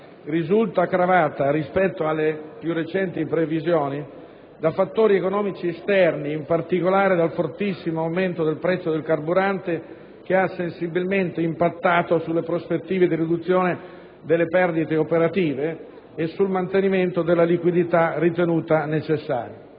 risulta aggravata, rispetto alle più recenti previsioni, da fattori economici esterni, in particolare dal fortissimo aumento del prezzo del carburante, che ha sensibilmente impattato sulle prospettive di riduzione delle perdite operative e sul mantenimento della liquidità ritenuta necessaria.